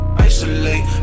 isolate